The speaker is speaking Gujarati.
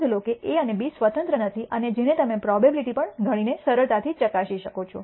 નોંધ લો કે A અને B સ્વતંત્ર નથી અને જેને તમે પ્રોબેબીલીટી પણ ગણીને સરળતાથી ચકાસી શકો છો